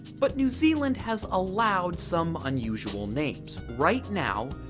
but new zealand has allowed some unusual names. right now,